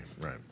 Right